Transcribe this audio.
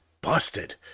busted